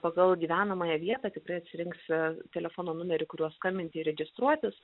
pagal gyvenamąją vietą tikrai atsirinksi telefono numerį kuriuo skambinti ir registruotis